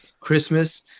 Christmas